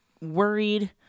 worried